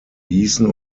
gießen